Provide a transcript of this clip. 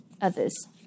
others